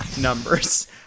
numbers